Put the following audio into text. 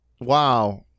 wow